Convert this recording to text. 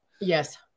Yes